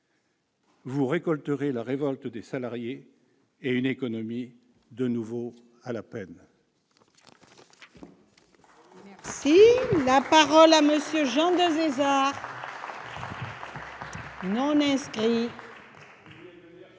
Vous récolterez la révolte des salariés et une économie, de nouveau, à la peine.